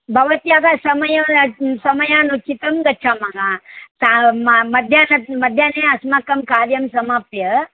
भवत्याः समया समयानुचितं गच्छामः ता मा मध्याह्न मध्याह्ने अस्माकं कार्यं समाप्य